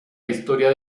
historia